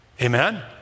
Amen